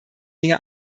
dinge